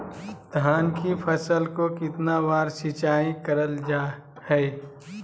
धान की फ़सल को कितना बार सिंचाई करल जा हाय?